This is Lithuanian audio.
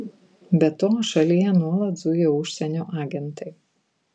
be to šalyje nuolat zujo užsienio agentai